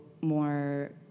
more